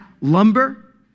lumber